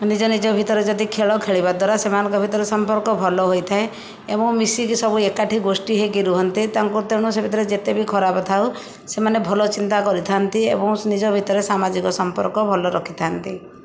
ନିଜ ନିଜ ଭିତରେ ଯଦି ଖେଳ ଖେଳିବା ଦ୍ୱାରା ସେମାନଙ୍କ ଭିତରେ ସମ୍ପର୍କ ଭଲ ହୋଇଥାଏ ଏବଂ ମିଶିକି ସବୁ ଏକାଠି ଗୋଷ୍ଠୀ ହେଇକି ରୁହନ୍ତି ତାଙ୍କୁ ତେଣୁ ସେ ଭିତରେ ଯେତେବି ଖରାପ ଥାଉ ସେମାନେ ଭଲ ଚିନ୍ତା କରିଥାନ୍ତି ଏବଂ ନିଜ ଭିତରେ ସାମାଜିକ ସମ୍ପର୍କ ଭଲ ରଖିଥାନ୍ତି